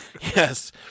Yes